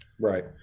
Right